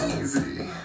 Easy